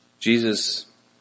Jesus